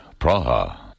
Praha